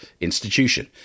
institution